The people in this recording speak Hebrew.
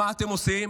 מה אתם עושים?